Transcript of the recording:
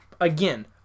Again